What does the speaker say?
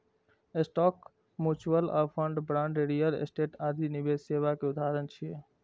stock, mutual fund, bond, real estate आदि निवेश सेवा के उदाहरण छियै